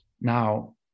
Now